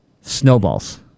snowballs